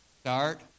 Start